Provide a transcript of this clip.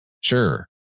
Sure